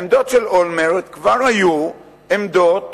העמדות של אולמרט כבר היו עמדות